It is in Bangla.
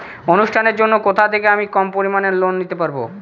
অনুষ্ঠানের জন্য কোথা থেকে আমি কম পরিমাণের লোন নিতে পারব?